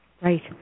Right